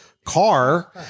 car